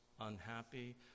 unhappy